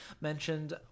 mentioned